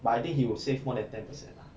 but I think he will save more than ten percent lah